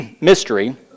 mystery